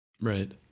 right